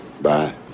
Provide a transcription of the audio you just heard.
bye